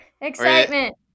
Excitement